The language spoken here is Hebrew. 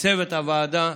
לצוות הוועדה,